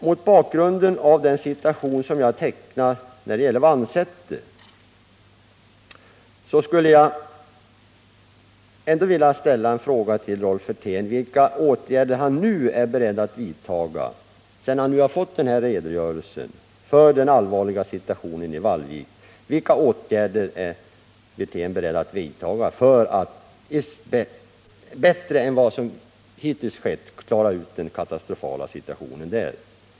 Mot bakgrund av den situation jag har tecknat när det gäller Vannsäter vill jag också fråga Rolf Wirtén, sedan han fått lyssna till min redogörelse för den allvarliga situationen i Vannsäter, vilka åtgärder han är beredd att vidta för att man bättre än hittills skall kunna klara ut den katastrofala situationen där.